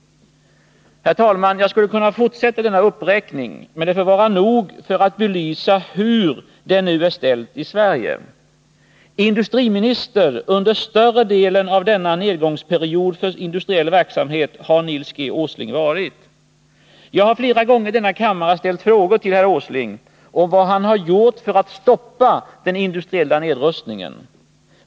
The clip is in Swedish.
Herr talman! Jag skulle kunna fortsätta med denna uppräkning, men det får vara nog med detta för att belysa hur det nu är ställt i Sverige. Industriminister under större delen av denna nedgångsperiod för industriell verksamhet har varit Nils G. Åsling! Jag har flera gånger i denna kammare ställt frågor till herr Åsling om vad han har gjort för att stoppa den industriella nedrustningen.